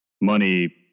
money